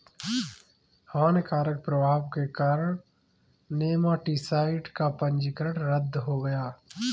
हानिकारक प्रभाव के कारण नेमाटीसाइड का पंजीकरण रद्द हो गया